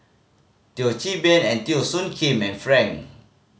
Teo Chee Hean and Teo Soon Kim and Frank